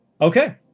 Okay